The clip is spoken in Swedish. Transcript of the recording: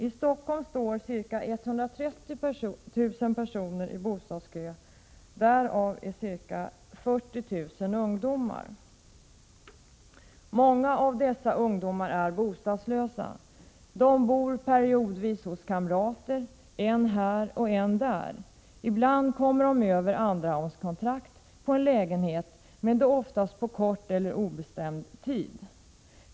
I Stockholm står ca 130 000 personer i bostadskö. Därav är ca 40 000 ungdomar. Många av dessa ungdomar är bostadslösa. De bor tidvis hos kamrater — än här och än där. Ibland kommer de över andrahandskontrakt på en lägenhet, oftast på kort eller obestämd tid.